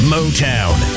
Motown